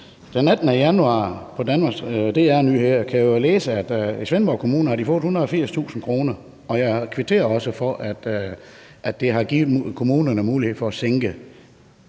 den 18. januar kunne jeg jo læse, at Svendborg Kommune har fået 180.000 kr. Jeg kvitterer også for, at det har givet kommunerne mulighed for at sænke